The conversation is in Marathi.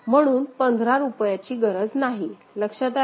म्हणून 15 रुपयाची गरज नाही लक्षात आले